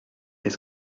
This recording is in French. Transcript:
est